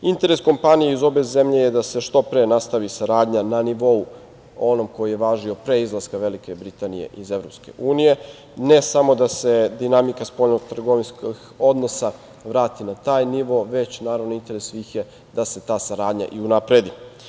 Interes kompanije iz obe zemlje je da se što pre nastavi saradnja na nivou onom koji je važio pre izlaska Velike Britanije iz Evropske unije, ne samo da se dinamika spoljno-trgovinskih odnosa vrati na taj nivo, već naravno interes svih je da se ta saradnja i unapredi.